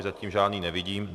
Zatím žádný nevidím.